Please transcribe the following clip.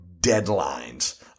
deadlines